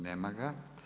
Nema ga.